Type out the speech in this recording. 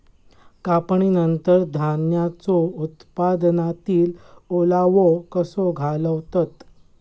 कापणीनंतर धान्यांचो उत्पादनातील ओलावो कसो घालवतत?